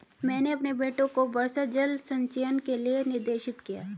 मैंने अपने बेटे को वर्षा जल संचयन के लिए निर्देशित किया